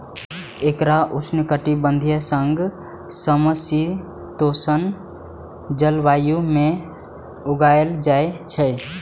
एकरा उष्णकटिबंधीय सं समशीतोष्ण जलवायु मे उगायल जाइ छै